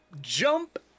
jump